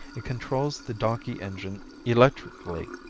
it controls the donkey engine electrically,